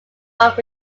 rock